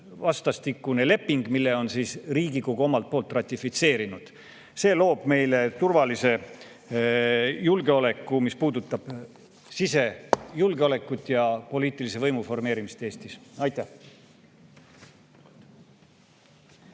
vastastikune leping, mille Riigikogu on ratifitseerinud. See loob meile turvalise julgeoleku, mis puudutab sisejulgeolekut ja poliitilise võimu formeerimist Eestis. Hea